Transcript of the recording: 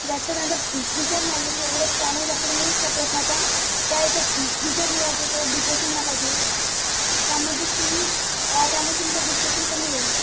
जास्त त्यांचा विचार नाही येईल एवढंच आणि जास्त तुम्ही त्या प्रश्नाचा त्या याचा विचार नका करू डिप्रेशन नका घेऊ त्यामध्येच तुम्ही त्यामध्ये तुमचं डिप्रेशन कमी होईल